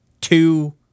two